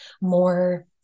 more